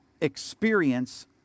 experience